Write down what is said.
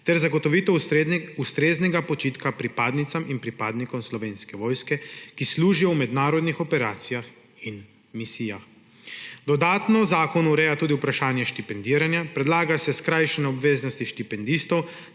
ter zagotovitev ustreznega počitka pripadnicam in pripadnikom Slovenske vojske, ki služijo v mednarodnih operacijah in na misijah. Dodatno zakon ureja tudi vprašanje štipendiranja, predlaga se skrajšanje obveznosti štipendistov,